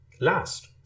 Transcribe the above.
last